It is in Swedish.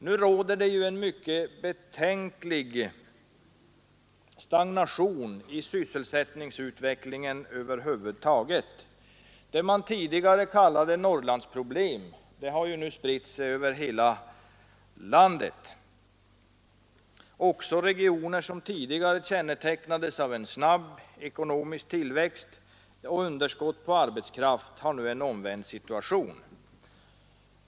Nu råder det en mycket betänklig stagnation i sysselsättningsutvecklingen över huvud taget. Vad man tidigare kallade Norrlandsproblemen har spritt sig över hela landet. Också regioner som tidigare kännetecknades av en snabb ekonomisk tillväxt och underskott på arbetskraft har nu en omvänd situation.